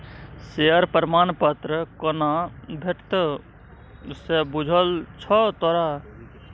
Share प्रमाण पत्र कोना भेटितौ से बुझल छौ तोरा?